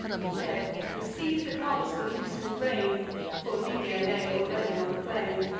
he said, and seiz'd at once the loosen'd rein for liger lay already on the plain,